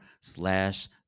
Slash